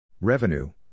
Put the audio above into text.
Revenue